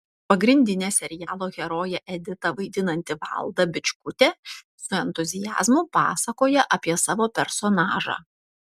pagrindinę serialo heroję editą vaidinanti valda bičkutė su entuziazmu pasakoja apie savo personažą